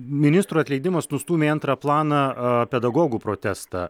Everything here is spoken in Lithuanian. ministrų atleidimas nustūmė į antrą planą pedagogų protestą